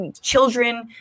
children